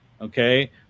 Okay